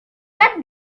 gat